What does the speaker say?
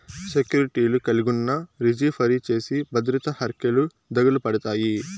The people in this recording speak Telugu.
సెక్యూర్టీలు కలిగున్నా, రిజీ ఫరీ చేసి బద్రిర హర్కెలు దకలుపడతాయి